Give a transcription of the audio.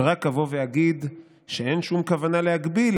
ורק אבוא ואגיד שאין שום כוונה להגביל,